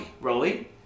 Rolly